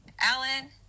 Alan